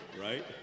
right